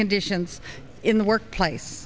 conditions in the workplace